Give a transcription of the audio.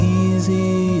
easy